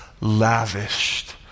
lavished